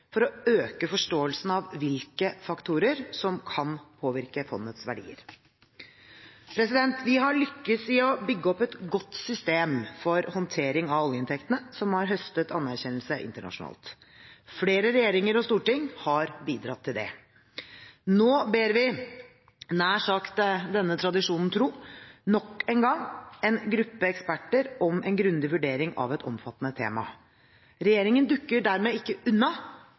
for å øke forståelsen av hvilke faktorer som kan påvirke fondets verdier. Vi har lyktes i å bygge opp et godt system for håndtering av oljeinntektene som har høstet anerkjennelse internasjonalt. Flere regjeringer og storting har bidratt til det. Nå ber vi – nær sagt, denne tradisjonen tro – nok en gang en gruppe eksperter om en grundig vurdering av et omfattende tema. Regjeringen dukker dermed ikke unna